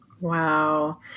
Wow